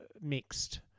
mixed